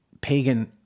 pagan